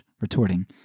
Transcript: retorting